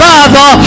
Father